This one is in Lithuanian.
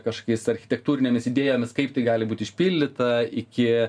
kažkokiais architektūrinėmis idėjomis kaip tai gali būt išpildyta iki